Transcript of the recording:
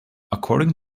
according